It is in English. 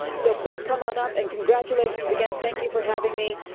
so please come on up and congratulations again. thank you for having me.